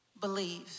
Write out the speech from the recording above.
believe